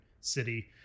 city